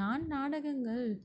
நான் நாடகங்கள்